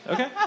Okay